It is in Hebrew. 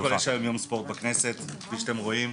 אז קודם כל יש היום יום ספורט בכנסת כפי שאתם רואים,